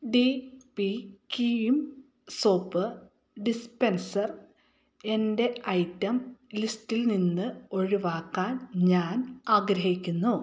D P cream soap dispenser എന്റെ item ലിസ്റ്റിൽ നിന്ന് ഒഴിവാക്കാൻ ഞാൻ ആഗ്രഹിക്കുന്നു